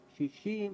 60,